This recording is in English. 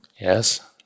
Yes